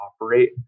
operate